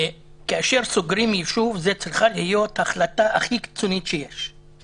כאשר סוגרים יישוב זו צריכה להיות החלטה הכי קיצונית שיש,